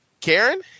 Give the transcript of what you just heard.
Karen